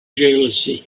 jealousy